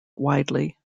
widely